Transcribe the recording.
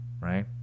Right